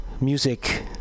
music